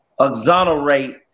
exonerate